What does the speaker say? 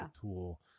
tool